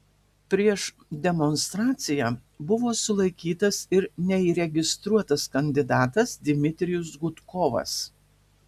prieš demonstraciją buvo sulaikytas ir neįregistruotas kandidatas dmitrijus gudkovas